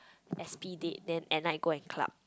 S_P date then at night go and club